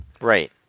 Right